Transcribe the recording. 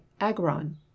agron